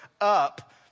up